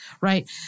right